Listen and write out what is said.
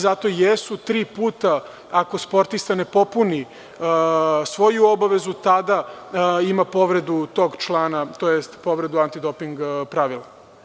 Zato i jesu tri puta ako sportista ne popuni svoju obavezu, tada ima povredu tog člana, tj. povredu antidoping pravila.